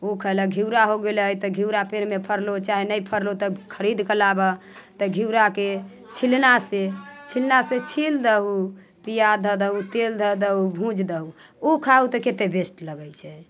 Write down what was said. ओ खयलक घिउरा हो गेलै तऽ घिउरा पेड़मे फड़लो चाहे नहि फड़लो तऽ खरीद कऽ लाबह तऽ घिउराके छिलनासँ छिलनासँ छील दहू प्याज धऽ दहू तेल धऽ दहू भूजि दहू ओ खाउ तऽ कतेक बेस्ट लगैत छै